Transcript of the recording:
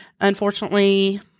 Unfortunately